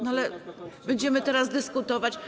No ale będziemy teraz dyskutować?